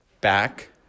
back